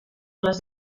les